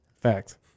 Fact